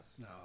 No